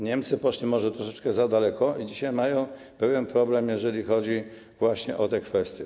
Niemcy poszli może troszeczkę za daleko i dzisiaj mają pewien problem, jeżeli chodzi właśnie o tę kwestię.